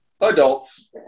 adults